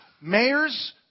mayors